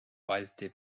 balti